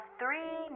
three